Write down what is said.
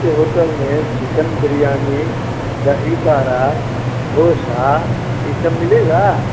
आपके होटल में चिकन बिरयानी दही बड़ा डोसा यह सब मिलेगा